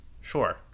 sure